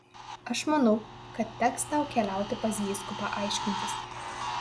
aš manau kad teks tau keliauti pas vyskupą aiškintis